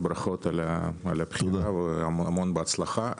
ברכות על הבחירה והמון בהצלחה.